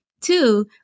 Two